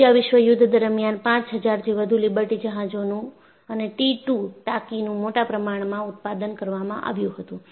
બીજા વિશ્વ યુદ્ધ દરમિયાન 5000 થી વધુ લિબર્ટી જહાજોનું અને T 2 ટાંકીનું મોટા પ્રમાણમાં ઉત્પાદન કરવામાં આવ્યું હતું